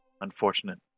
unfortunate